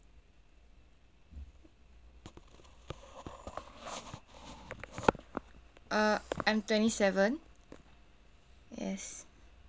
uh I'm twenty seven yes